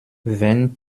wenn